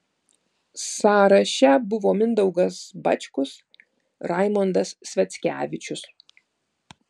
sąraše buvo mindaugas bačkus raimondas sviackevičius